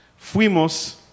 fuimos